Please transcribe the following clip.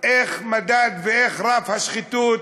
איך המדד, איך רף השחיתות